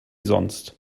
sonst